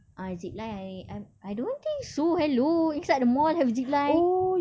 ah zip line I I I don't think so hello inside the mall have zip line